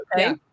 okay